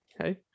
okay